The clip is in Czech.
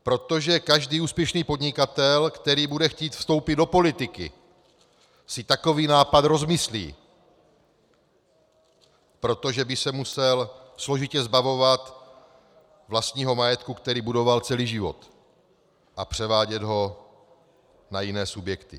Protože každý úspěšný podnikatel, který bude chtít vstoupit do politiky, si takový nápad rozmyslí, protože by se musel složitě zbavovat vlastního majetku, který budoval celý život, a převádět ho na jiné subjekty.